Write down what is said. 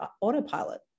autopilot